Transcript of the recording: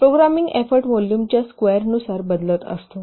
programming effort व्हॉल्यूमच्या स्केयरनुसार बदलत असतो